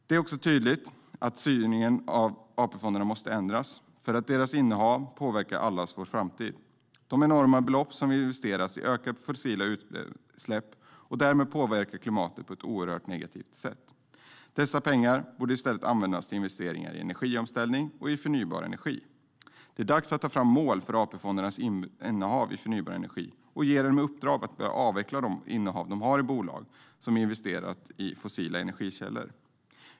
Det är också tydligt att styrningen av AP-fonderna måste ändras, eftersom deras innehav påverkar allas vår framtid. Det är enorma belopp som investeras i ökade fossila utsläpp och därmed påverkar klimatet på ett oerhört negativt sätt. Dessa pengar borde i stället användas till investeringar i energiomställning och förnybar energi. Det är dags att ta fram mål för AP-fondernas innehav i förnybar energi och ge dem i uppdrag att börja avveckla de innehav de har i bolag som har investerat i fossila energikällor.